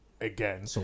again